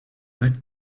red